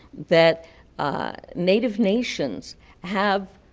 that native nations have